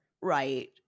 Right